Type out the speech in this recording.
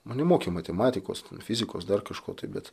mane mokė matematikos fizikos dar kažko taip bet